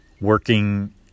Working